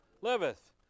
liveth